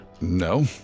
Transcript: No